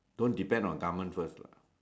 don't depend on government first lah